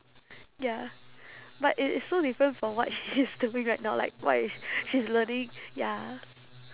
ya but it is so different from what she is doing right now like what is she's learning ya